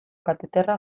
kateterra